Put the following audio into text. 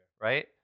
right